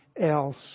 else